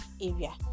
area